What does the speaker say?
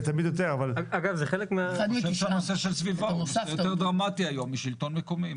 אני חושב שהנושא של סביבה הוא נושא יותר דרמטי היום משלטון מקומי,